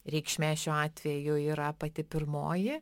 reikšmė šiuo atveju yra pati pirmoji